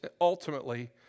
ultimately